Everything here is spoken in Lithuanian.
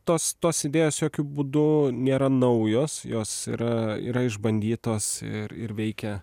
tos tos idėjos jokiu būdu nėra naujos jos yra yra išbandytos ir ir veikia